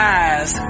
eyes